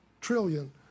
trillion